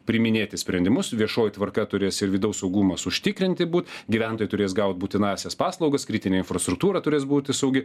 priiminėti sprendimus viešoji tvarka turės ir vidaus saugumas užtikrinti būt gyventojai turės gaut būtinąsias paslaugas kritinė infrastruktūra turės būti saugi